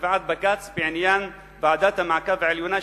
לקביעת בג"ץ בעניין ועדת המעקב העליונה,